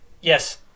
Yes